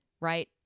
Right